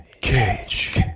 Cage